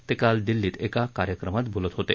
ते काल दिल्लीत एका कार्यक्रमात बोलत होते